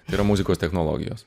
tai yra muzikos technologijos